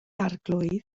arglwydd